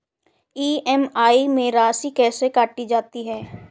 EMI में राशि कैसे काटी जाती है?